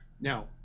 Now